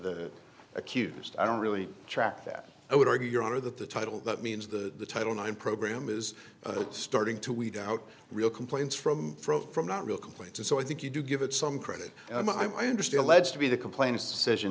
the accused i don't really track that i would argue your honor that the title that means the title nine program is starting to weed out real complaints from from not real complaints and so i think you do give it some credit i understand ledge to be the complain